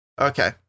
Okay